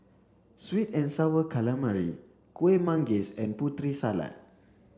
sweet and sour calamari Kuih Manggis and Putri salad